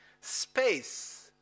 Space